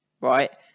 right